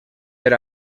per